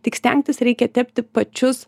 tik stengtis reikia tepti pačius